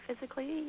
physically